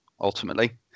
ultimately